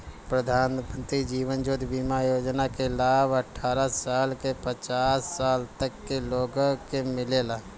प्रधानमंत्री जीवन ज्योति बीमा योजना के लाभ अठारह साल से पचास साल तक के लोग के मिलेला